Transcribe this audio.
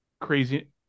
crazy